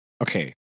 okay